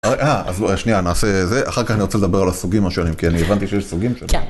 אה. אז לא, שנייה, נעשה זה, אחר כך אני רוצה לדבר על הסוגים השונים, כי אני הבנתי שיש סוגים שונים. כן.